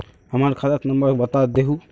हमर खाता नंबर बता देहु?